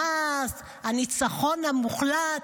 חמאס, על הניצחון המוחלט.